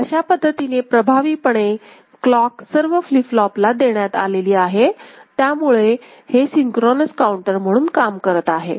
तर अशा पद्धतीने प्रभावीपणे क्लॉक सर्व फ्लीप फ्लोपला देण्यात आलेली आहे त्यामुळे हे सिन्क्रोनोस काउंटर म्हणून काम करत आहे